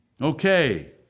Okay